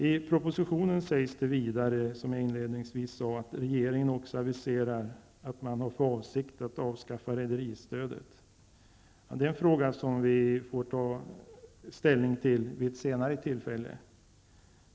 I propositionen aviserar regeringen också, som jag inledningsvis sade, att man har för avsikt att avskaffa rederistödet. Det är en fråga som vi får ta ställning till vid ett senare tillfälle.